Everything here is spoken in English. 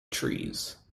trees